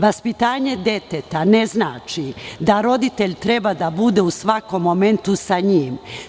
Vaspitanje deteta ne znači da roditelj treba da bude u svakom momentu sa njim.